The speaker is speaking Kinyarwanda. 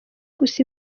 gusa